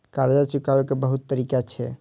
कर्जा चुकाव के बहुत तरीका छै?